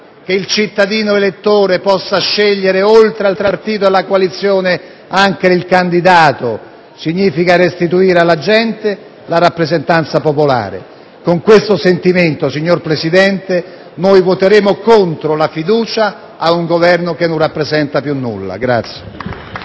che il cittadino elettore possa scegliere oltre al partito e alla coalizione anche il candidato significherebbe restituire alla gente la rappresentanza popolare. Con questo sentimento, signor Presidente, esprimeremo un voto contrario alla fiducia ad un Governo che non rappresenta più nulla.